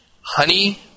Honey